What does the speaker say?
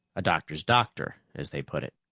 a doctor's doctor, as they put it.